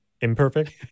Imperfect